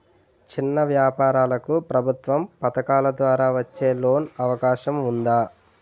చిన్న వ్యాపారాలకు ప్రభుత్వం పథకాల ద్వారా వచ్చే లోన్ అవకాశం ఉందా?